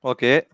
Okay